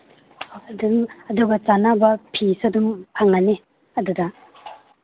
ꯑꯗꯨꯝ ꯑꯗꯨꯒ ꯆꯥꯅꯕ ꯐꯤꯁꯨ ꯑꯗꯨꯝ ꯐꯪꯒꯅꯤ ꯑꯗꯨꯗ